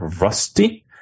rusty